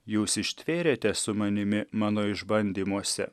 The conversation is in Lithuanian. jūs ištvėrėte su manimi mano išbandymuose